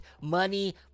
money